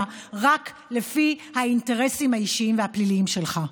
רק לפי האינטרסים האישיים והפליליים שלך.